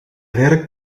werkt